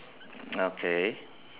okay